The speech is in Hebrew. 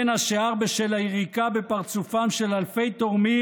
בין השאר בשל היריקה בפרצופם של אלפי תורמים